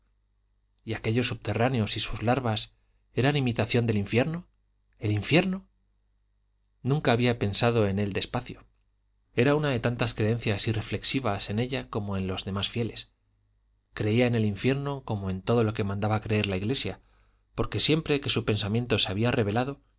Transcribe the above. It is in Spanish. y aquellos subterráneos y sus larvas eran imitación del infierno el infierno nunca había pensado en él despacio era una de tantas creencias irreflexivas en ella como en los más de los fieles creía en el infierno como en todo lo que mandaba creer la iglesia porque siempre que su pensamiento se había revelado